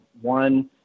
one